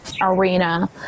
Arena